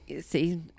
see